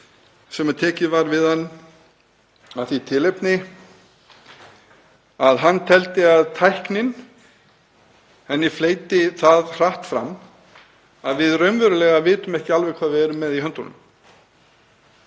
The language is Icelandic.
sem tekið var við hann af því tilefni að hann teldi að tækninni fleytti það hratt fram að við raunverulega vissum ekki alveg hvað við værum með í höndunum.